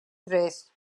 tres